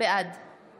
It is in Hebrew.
בעד